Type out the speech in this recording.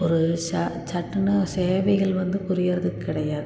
ஒரு ச சட்டுன்னு சேவைகள் வந்து புரிகிறது கிடையாது